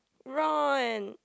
Ron